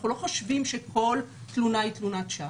אנחנו לא חושבים שכל תלונה היא תלונת שווא,